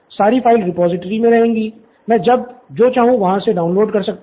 सारी file repository मे रहेंगी मैं जब जो चाहूँ वहाँ से डाउनलोड कर सकता हूँ